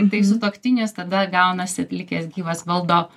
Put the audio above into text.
tai sutuoktinis tada gaunasi likęs gyvas valdo